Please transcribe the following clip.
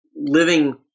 living